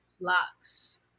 locks